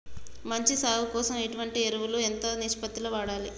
మంచి సాగు కోసం ఎటువంటి ఎరువులు ఎంత నిష్పత్తి లో వాడాలి?